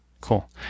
cool